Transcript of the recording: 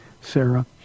Sarah